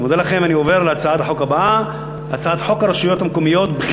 אני קובע שהצעת חוק פיקוח אלקטרוני על משוחררים בערובה